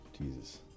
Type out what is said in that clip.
Jesus